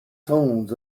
tones